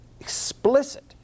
explicit